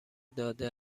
داده